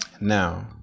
Now